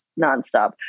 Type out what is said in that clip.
nonstop